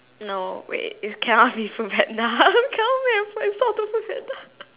no wait is cannot be FoodPanda cannot wait